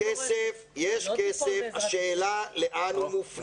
יש כסף, השאלה לאן הוא מופנה.